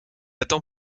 attend